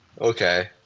Okay